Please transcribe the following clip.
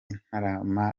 ntarama